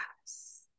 Yes